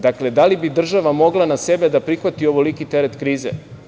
Dakle, da li bi država mogla na sebe da prihvati ovoliki teret krize?